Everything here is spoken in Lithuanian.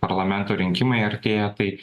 parlamento rinkimai artėja tai